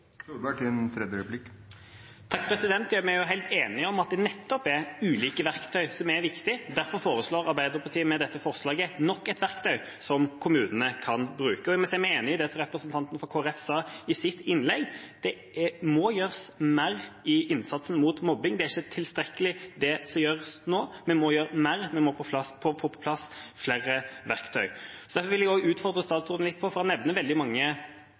Vi er jo helt enige om at det nettopp er ulike verktøy som er viktige. Derfor foreslår Arbeiderpartiet med dette forslaget nok et verktøy som kommunene kan bruke. Jeg må si meg enig i det som representanten fra Kristelig Folkeparti sa i sitt innlegg: Det må gjøres mer i innsatsen mot mobbing. Det er ikke tilstrekkelig, det som gjøres nå. Vi må gjøre mer, vi må få på plass flere verktøy. Derfor vil jeg også utfordre statsråden litt, for han nevner veldig mange